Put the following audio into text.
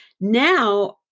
Now